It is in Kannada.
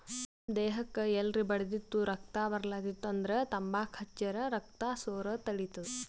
ನಮ್ ದೇಹಕ್ಕ್ ಎಲ್ರೆ ಬಡ್ದಿತ್ತು ರಕ್ತಾ ಬರ್ಲಾತಿತ್ತು ಅಂದ್ರ ತಂಬಾಕ್ ಹಚ್ಚರ್ ರಕ್ತಾ ಸೋರದ್ ತಡಿತದ್